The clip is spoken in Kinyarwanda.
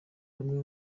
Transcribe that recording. bamwe